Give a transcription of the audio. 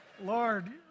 Lord